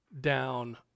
down